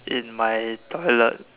in my toilet